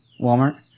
Walmart